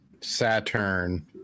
Saturn